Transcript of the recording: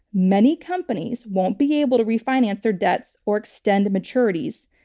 many companies won't be able to refinance their debts or extend maturities.